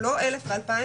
נכון.